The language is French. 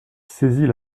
saisit